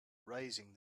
raising